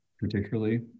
particularly